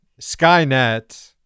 Skynet